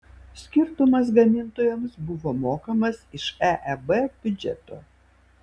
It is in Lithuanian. skirtumas gamintojams buvo mokamas iš eeb biudžeto